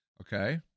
Okay